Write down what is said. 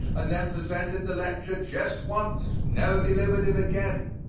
and then presented the lecture just once never delivered it again.